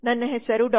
ನನ್ನ ಹೆಸರು ಡಾ